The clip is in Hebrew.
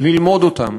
ללמוד אותן